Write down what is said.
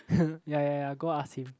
ya ya ya go ask him